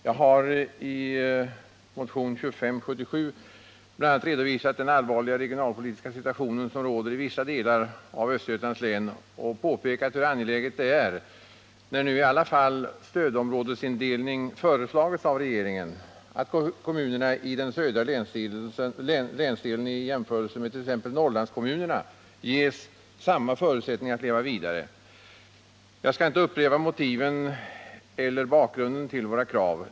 Jag har i motion 2577 bl.a. redovisat den allvarliga regionalpolitiska situation som råder i vissa delar av Östergötlands län och påpekat hur angeläget det är — när nu i alla fall stödområdesindelning föreslagits av regeringen — att kommunerna i den södra länsdelen ges samma förutsättning att leva vidare som t.ex. Norrlandskommunerna. Jag skall inte upprepa motiven eller bakgrunden till våra krav.